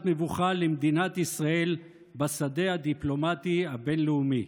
מבוכה למדינת ישראל בשדה הדיפלומטי הבין-לאומי.